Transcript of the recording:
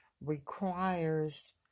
requires